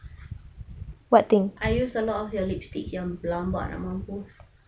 I use a lot of your lipsticks yang dia orang buat